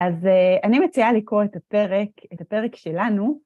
אז אני מציעה לקרוא את הפרק, את הפרק שלנו.